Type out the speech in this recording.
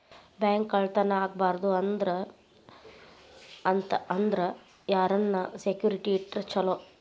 Bank ಕಳ್ಳತನಾ ಆಗ್ಬಾರ್ದು ಅಂತ ಅಂದ್ರ ಯಾರನ್ನ ಸೆಕ್ಯುರಿಟಿ ಇಟ್ರ ಚೊಲೊ?